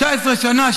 19 שנה,